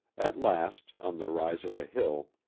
at last, on the rise of a hill,